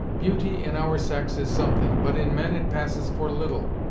beauty in our sex is something, but in men, it passes for little.